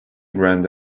grand